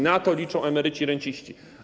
Na to liczą emeryci i renciści.